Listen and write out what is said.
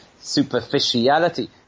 superficiality